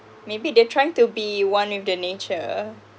maybe they're trying to be one with the nature